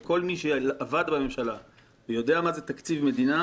וכל מי שעבד בממשלה יודע מה זה תקציב מדינה,